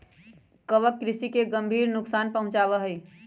कवक कृषि में गंभीर नुकसान पहुंचावा हई